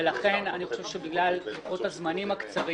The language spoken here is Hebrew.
ולכן אני חושב שבגלל לוחות-הזמנים הקצרים